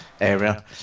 area